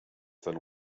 ten